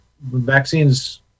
vaccines